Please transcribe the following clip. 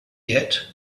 yet